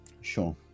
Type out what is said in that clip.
Sure